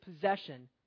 possession